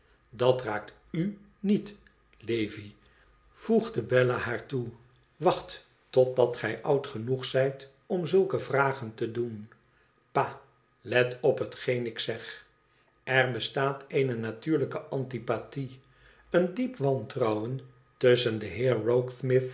dat raakt u niet lavi voegde bella haar toe wacht totdat gij oud genoeg zijt om zulke vragen te doen pa let op hetgeen ik zeg r bestaat eene natuurlijke antipathie een diep wantrouwen tusschen den